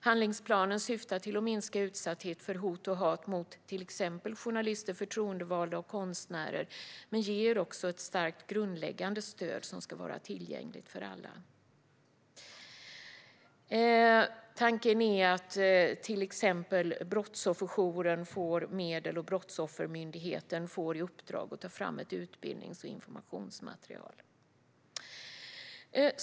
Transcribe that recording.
Handlingsplanen syftar till att minska utsatthet för hot och hat mot till exempel journalister, förtroendevalda och konstnärer, men ger också ett stärkt grundläggande stöd som ska vara tillgängligt för alla. Tanken är att till exempel Brottsofferjouren får medel och att Brottsoffermyndigheten får i uppdrag att ta fram ett utbildnings och informationsmaterial.